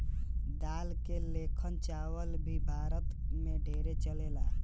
दाल के लेखन चावल भी भारत मे ढेरे चलेला